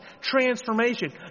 Transformation